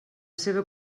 seva